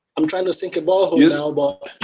i'm trying to sink a? but yeah now but.